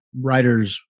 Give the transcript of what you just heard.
writer's